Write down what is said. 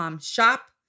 shop